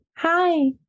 Hi